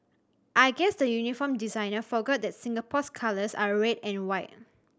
I guess the uniform designer forgot that Singapore's colours are red and white